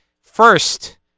first